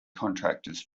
contractors